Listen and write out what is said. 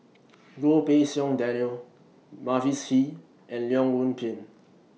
Goh Pei Siong Daniel Mavis Hee and Leong Yoon Pin